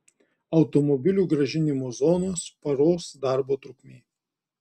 automobilių grąžinimo zonos paros darbo trukmė